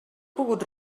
pogut